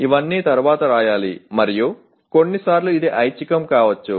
ఇవన్నీ తరువాత రావాలి మరియు కొన్నిసార్లు ఇది ఐచ్ఛికం కావచ్చు